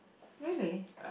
really